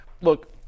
look